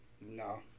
No